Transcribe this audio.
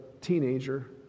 teenager